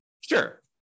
Sure